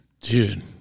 Dude